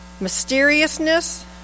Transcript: mysteriousness